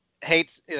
hates